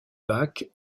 bac